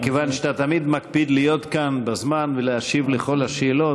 מכיוון שאתה תמיד מקפיד להיות כאן בזמן ולהשיב על כל השאלות,